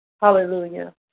Hallelujah